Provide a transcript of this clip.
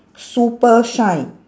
super shine